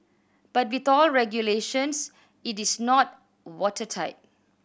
but with all regulations it is not watertight